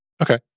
Okay